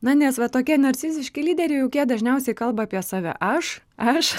na nes va tokie narciziški lyderiai juk jie dažniausiai kalba apie save aš aš